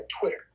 Twitter